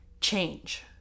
change